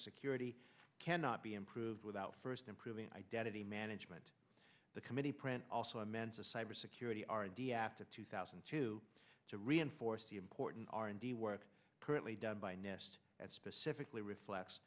security cannot be improved without first improving identity management the committee print also amends a cyber security r a d after two thousand and two to reinforce the important r and d work currently done by nest that specifically reflects